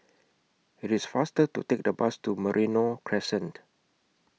IT IS faster to Take The Bus to Merino Crescent